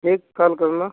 ठीक कॉल करना